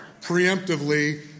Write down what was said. preemptively